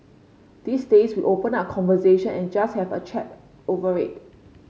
these days we open up conversation and just have a chat over it